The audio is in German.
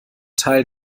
teil